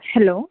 hello